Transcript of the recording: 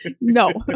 No